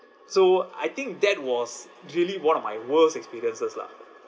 so I think that was really one of my worst experiences lah